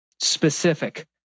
Specific